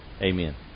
amen